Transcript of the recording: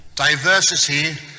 Diversity